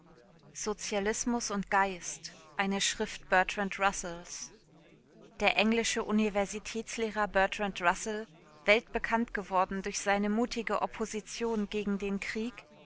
sozialismus und geist eine schrift bertrand russells der englische universitätslehrer bertrand russell weltbekannt geworden durch seine mutige opposition gegen den krieg